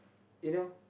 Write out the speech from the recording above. you know